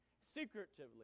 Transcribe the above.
secretively